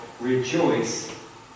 rejoice